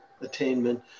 attainment